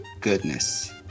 goodness